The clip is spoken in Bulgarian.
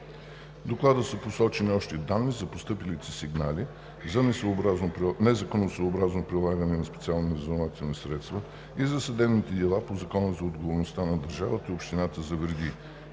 Доклада са посочени още данни за постъпилите сигнали за незаконосъобразно прилагане на специални разузнавателни средства и за съдебните дела по Закона за отговорността на държавата и общините за вреди.